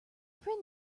friend